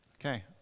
Okay